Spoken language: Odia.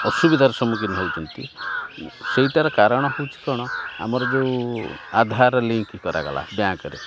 ଅସୁବିଧାର ସମ୍ମୁଖୀନ ହେଉଛନ୍ତି ସେଇଟାର କାରଣ ହେଉଛି କଣ ଆମର ଯେଉଁ ଆଧାର ଲିଙ୍କ୍ କରାଗଲା ବ୍ୟାଙ୍କରେ